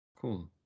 Cool